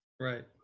Right